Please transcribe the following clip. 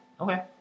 Okay